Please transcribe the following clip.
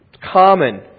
Common